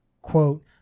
quote